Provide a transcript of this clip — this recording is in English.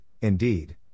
indeed